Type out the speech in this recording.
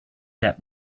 that